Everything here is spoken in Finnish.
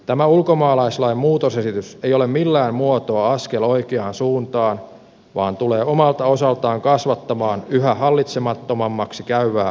tämä ulkomaalaislain muutosesitys ei ole millään muotoa askel oikeaan suuntaan vaan tulee omalta osaltaan kasvattamaan yhä hallitsemattomammaksi käyvää muuttoliikettä suomeen